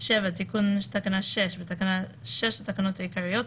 תיקון תקנה 6 7. בתקנה 6 לתקנות העיקריות,